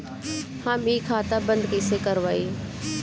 हम इ खाता बंद कइसे करवाई?